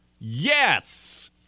Yes